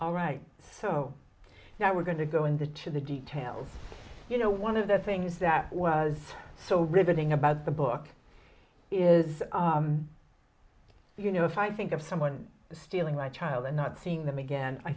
all right oh now we're going to go in there to the detail you know one of the things that was so riveting about the book is you know if i think of someone stealing my child and not seeing them again i